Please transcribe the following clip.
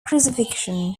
crucifixion